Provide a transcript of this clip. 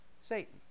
Satan